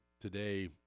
today